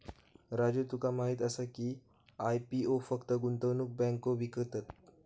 राजू तुका माहीत आसा की, आय.पी.ओ फक्त गुंतवणूक बँको विकतत?